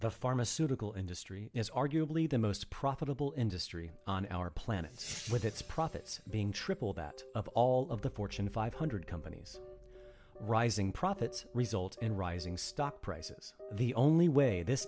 the pharmaceutical industry is arguably the most profitable industry on our planet with its profits being triple that of all of the fortune five hundred companies rising profits result in rising stock prices the only way this